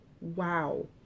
wow